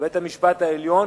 ובית-המשפט העליון